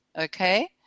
okay